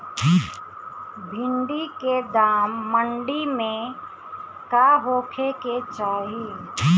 भिन्डी के दाम मंडी मे का होखे के चाही?